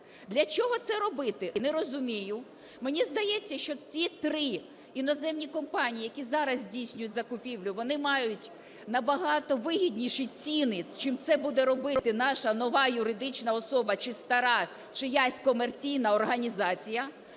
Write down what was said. Для чого це робити, не розумію. Мені здається, що ті три іноземні компанії, які зараз здійснюють закупівлю, вони мають набагато вигідніші ціни, чим це буде робити наша нова юридична особа чи стара чиясь комерційна організація,